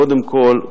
קודם כול,